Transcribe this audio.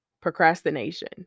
procrastination